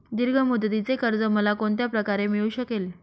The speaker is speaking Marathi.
दीर्घ मुदतीचे कर्ज मला कोणत्या प्रकारे मिळू शकेल?